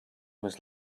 was